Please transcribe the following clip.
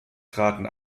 traten